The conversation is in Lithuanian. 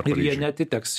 ir jie neatiteks